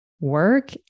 work